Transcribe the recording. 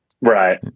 right